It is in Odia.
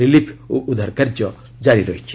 ରିଲିଫ୍ ଓ ଉଦ୍ଧାର କାର୍ଯ୍ୟ ଜାରି ରହିଛି